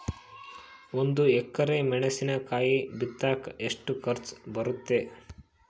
ಒಂದು ಎಕರೆ ಮೆಣಸಿನಕಾಯಿ ಬಿತ್ತಾಕ ಎಷ್ಟು ಖರ್ಚು ಬರುತ್ತೆ?